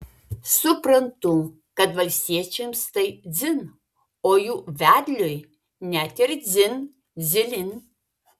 suprantu kad valstiečiams tai dzin o jų vedliui net ir dzin dzilin